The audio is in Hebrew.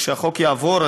כשהחוק יעבור,